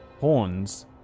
horns